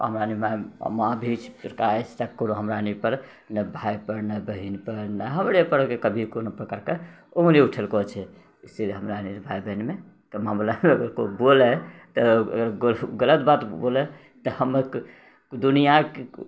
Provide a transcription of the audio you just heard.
हमरारिमे माय भी अछि तऽ कोनो फर्क हमरा नहि पड़त नहि भायपर नहि बहिनपर नहि हमरेपर कभी कोनो प्रकारके उङ्गली उठेलको छै इसिलिये हमरारि भाय बहिनमे कोइ कोनो बोलय तऽ गलत बात बोलय तऽ हमर दुनिआँ कि